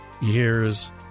years